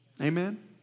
Amen